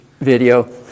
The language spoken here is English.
video